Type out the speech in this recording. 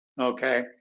okay